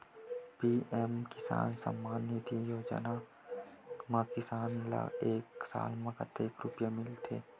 PM किसान सम्मान निधी योजना म किसान ल एक साल म कतेक रुपिया मिलथे?